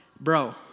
bro